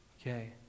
Okay